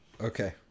Okay